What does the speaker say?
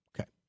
Okay